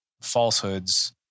falsehoods